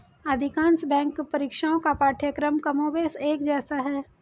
अधिकांश बैंक परीक्षाओं का पाठ्यक्रम कमोबेश एक जैसा है